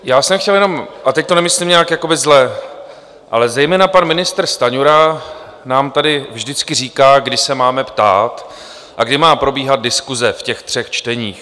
Já jsem chtěl jenom a teď to nemyslím nijak zle ale zejména pan ministr Stanjura nám tady vždycky říká, kdy se máme ptát a kdy má probíhat diskuse v těch třech čteních.